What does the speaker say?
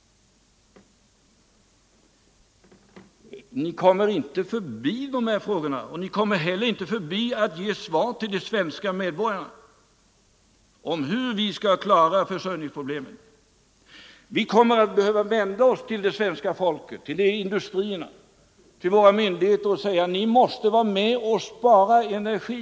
Ni kommer inte förbi de här frågorna, och ni kommer heller inte förbi att ge besked till de svenska medborgarna om hur försörjningsproblemen beträffande energin skall klaras. Vi kommer att behöva vända oss till det svenska folket, till industrierna, till våra myndigheter och säga: Ni måste vara med och spara energi!